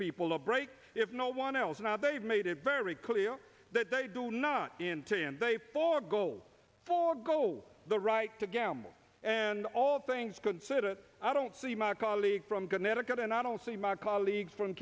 people a break if no one else now they've made it very clear that they do not intend they forego forgo the right to gamble and all things considered i don't see my colleague from connecticut and i don't see my colleagues from